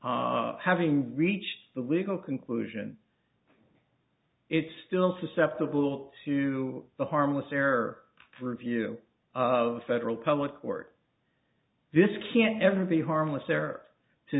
that having reached the legal conclusion it's still susceptible to the harmless error review of federal public works this can't ever be harmless